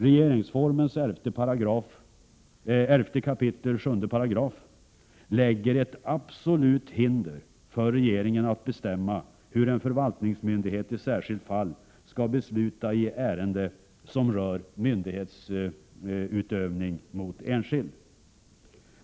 Regeringsformens 11 kap. 7§ lägger ett absolut hinder för regeringen att bestämma hur en förvaltningsmyndighet i särskilt fall skall besluta i ärende som rör myndighetsutövning mot enskild.